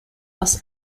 aus